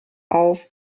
auf